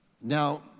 Now